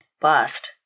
bust